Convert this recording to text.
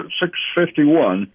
651